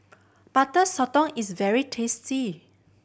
Butter Sotong is very tasty